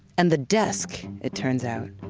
and the desk, it turns out,